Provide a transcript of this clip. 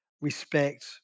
respect